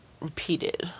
repeated